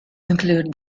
include